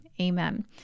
Amen